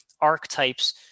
archetypes